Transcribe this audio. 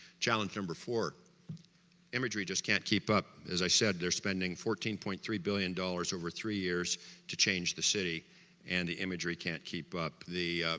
challenge number four imagery just can't keep up, as i said they're spending fourteen point three billion dollars over three years to change the city and the imagery can't keep up the